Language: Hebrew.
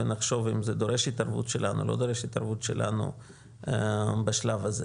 ונחשוב אם זה דורש התערבות שלנו או לא בשלב הזה.